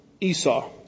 Esau